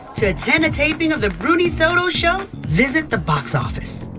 to attend a taping of the bruni soto show, visit the box office